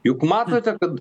juk matote kad